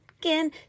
again